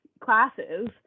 classes